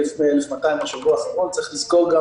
בערך 1,200 בשבוע האחרון.